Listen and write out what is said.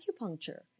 acupuncture